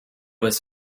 was